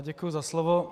Děkuji za slovo.